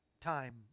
Time